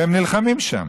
והם נלחמים שם.